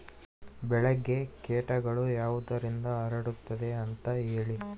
ಬೆಳೆಗೆ ಕೇಟಗಳು ಯಾವುದರಿಂದ ಹರಡುತ್ತದೆ ಅಂತಾ ಹೇಳಿ?